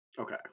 Okay